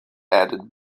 added